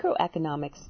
microeconomics